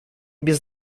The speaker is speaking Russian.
без